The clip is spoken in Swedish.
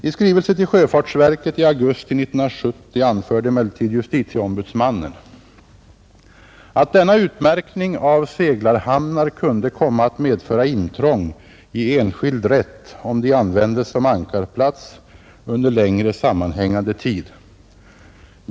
I skrivelse till sjöfartsverket i augusti 1970 anförde emellertid JO att denna utmärkning av seglarhamnar kunde komma att medföra intrång i enskild rätt om de användes som ankarplats under längre sammanhängande tid.